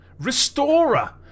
restorer